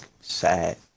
sad